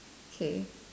k